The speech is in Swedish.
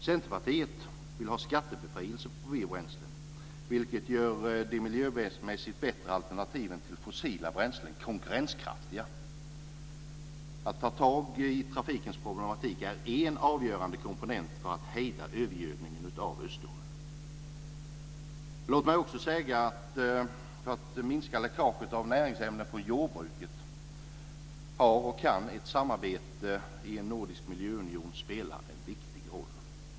Centerpartiet vill ha skattebefrielse på biobränslen, vilket gör de miljömässigt bättre alternativen till fossila bränslen konkurrenskraftiga. Att ta tag i trafikproblemen är en avgörande komponent för att hejda övergödningen av Östersjön. Låt mig också säga att för att minska läckaget av näringsämnen från jordbruket har och kan ett samarbete i en nordisk miljöunion spela en viktig roll.